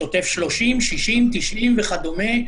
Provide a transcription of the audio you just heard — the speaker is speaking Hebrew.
שוטף 30,90,60 וכדומה.